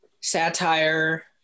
satire